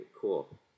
Cool